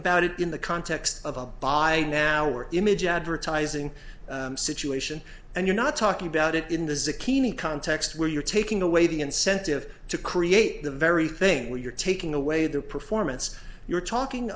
about it in the context of a by now or image advertising situation and you're not talking about it in the zucchini context where you're taking away the incentive to create the very thing where you're taking away the performance you're talking